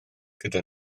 gyda